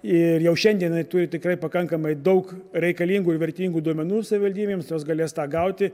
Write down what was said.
ir jau šiandienai turi tikrai pakankamai daug reikalingų ir vertingų duomenų savivaldybėms jos galės tą gauti